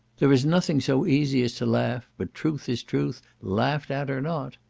there is nothing so easy as to laugh, but truth is truth, laughed at or not.